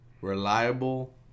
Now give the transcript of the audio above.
reliable